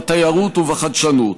בתיירות ובחדשנות,